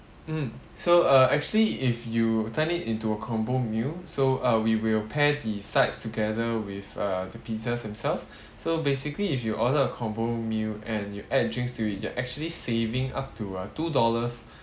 mm so uh actually if you turn it into a combo meal so uh we will pair the sides together with uh the pizzas themselves so basically if you order a combo meal and you add drinks to it you're actually saving up to uh two dollars